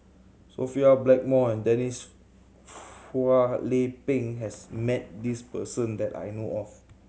Sophia Blackmore and Denise Phua Lay Peng has met this person that I know of